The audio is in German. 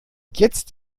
jetzt